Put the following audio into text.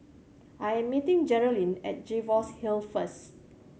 I am meeting Geralyn at Jervois Hill first